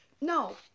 no